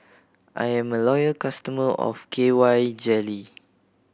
I am a loyal customer of K Y Jelly